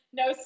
no